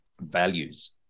values